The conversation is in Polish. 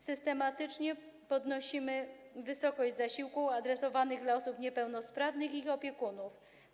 Systematycznie podnosimy wysokość zasiłków adresowanych do osób niepełnosprawnych i ich opiekunów.